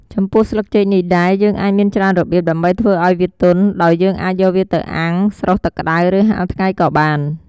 ចំពោះស្លឹកចេកនេះដែរ យើងអាចមានច្រើនរបៀបដើម្បីធ្វើអោយវាទន់ ដោយយើងអាចយកវាទៅអាំង ស្រុះទឹកក្ដៅ ឬ ហាលថ្ងៃក៏បាន។